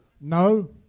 No